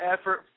effort